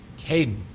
Caden